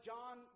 John